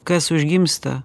kas užgimsta